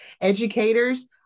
educators